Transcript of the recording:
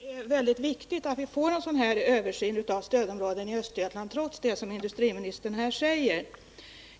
Herr talman! Det är väldigt viktigt att vi får en översyn av stödområdesindelningen i Östergötland trots det som industriministern här säger.